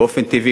באופן טבעי,